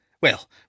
Well